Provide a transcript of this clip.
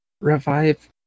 revive